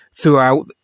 throughout